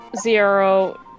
zero